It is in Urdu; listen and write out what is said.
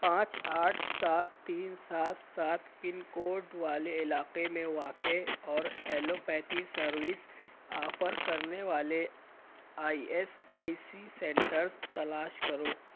پانچ آٹھ سات تین سات سات پن کوڈ والے علاقے میں واقع اور ایلوپیتی سروس آفر کرنے والے I S I C centres تلاش کرو